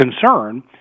concern